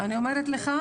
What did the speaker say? אני אומרת לך,